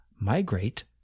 migrate